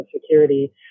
security